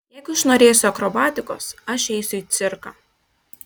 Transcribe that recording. jeigu aš norėsiu akrobatikos aš eisiu į cirką